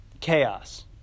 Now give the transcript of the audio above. chaos